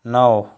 नौ